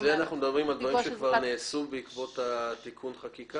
-- אלה הדברים שנעשו בעקבות תיקון החקיקה?